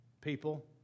people